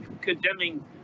condemning